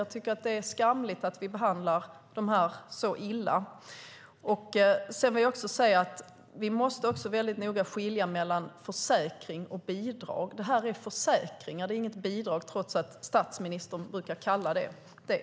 Jag tycker att det är skamligt att vi behandlar dem så illa. Vi måste också noga skilja på försäkring och bidrag. Det här är en försäkring och inget bidrag, trots att statsministern brukar kalla den för det.